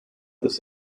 this